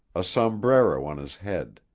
a sombrero on his head.